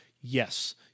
yes